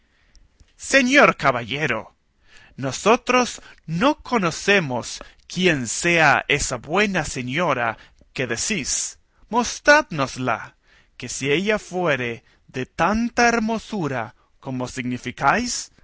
señor caballero nosotros no conocemos quién sea esa buena señora que decís mostrádnosla que si ella fuere de tanta hermosura como